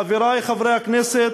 חברי חברי הכנסת,